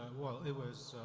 well it was,